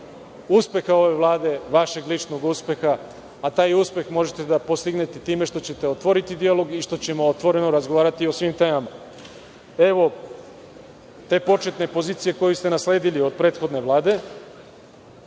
uspeha ove Vlade, vašeg ličnog uspeha, a taj uspeh možete da postignete time što ćete otvoriti dijalog i što ćemo otvoreno razgovarati o svim temama. Evo, te početne pozicije koju ste nasledili od prethodne Vlade,